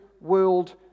world